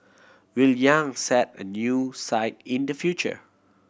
Will Yang set a new site in the future